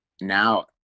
now